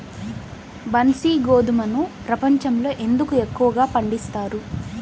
బన్సీ గోధుమను ప్రపంచంలో ఎందుకు ఎక్కువగా పండిస్తారు?